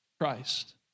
Christ